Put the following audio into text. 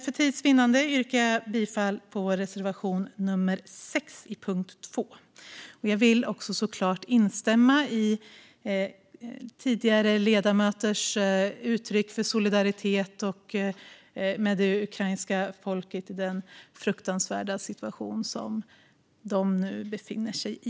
För tids vinnande yrkar jag bifall endast till reservation nummer 6 under punkt 2. Jag instämmer i tidigare ledamöters uttryck för solidaritet med det ukrainska folket i den fruktansvärda situation de nu befinner sig i.